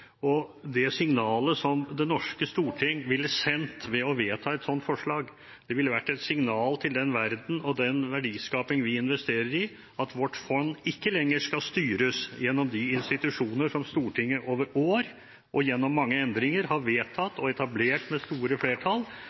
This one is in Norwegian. og det signalet som det norske storting ville sendt ved å vedta et slikt forslag, ville vært et signal til den verden og den verdiskaping vi investerer i, om at vårt fond ikke lenger skal styres gjennom de institusjoner som Stortinget over år og gjennom mange endringer har vedtatt og etablert ved store flertall,